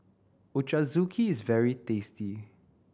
Ochazuke is very tasty